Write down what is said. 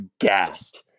gassed